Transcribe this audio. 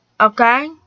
Okay